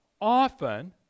often